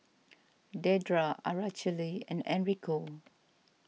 Dedra Araceli and Enrico